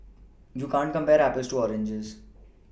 you can't compare Apples to oranges